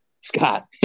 Scott